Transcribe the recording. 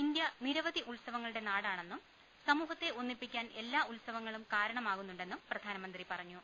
India നിരവധി ഉത്സവങ്ങളുടെ നാടാണെന്നും സമൂഹത്തെ ഒന്നിപ്പിക്കാൻ എല്ലാ ഉത്സവങ്ങളും കാരണമകുന്നുണ്ടെന്നും പ്രധാനമന്ത്രി പറഞ്ഞു